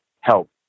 help